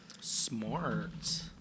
Smart